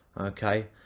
okay